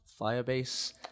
Firebase